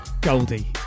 Goldie